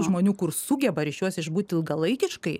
žmonių kur sugeba ryšiuos išbūt ilgalaikiškai